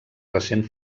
recent